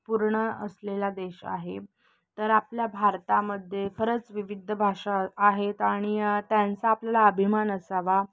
पूर्ण असलेला देश आहे तर आपल्या भारतामध्ये खरंच विविध भाषा आहेत आणि त्यांचा आपला अभिमान असावा